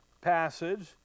passage